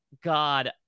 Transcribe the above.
god